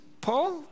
Paul